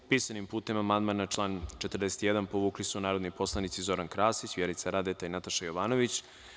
Pisanim putem amandman na član 41. povukli su narodni poslanici Zoran Krasić, Vjerica Radeta i Nataša Jovanović.